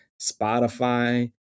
Spotify